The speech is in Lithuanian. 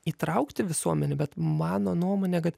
įtraukti visuomenę bet mano nuomonė kad